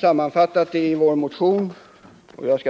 sammanfattat vad kommissionen bör syssla med, och jag skall föredra det som hastigast.